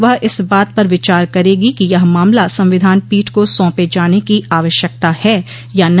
वह इस बात पर विचार करेगी कि यह मामला संविधान पीठ को सौंपे जाने की आवश्यकता है या नहीं